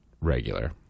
regular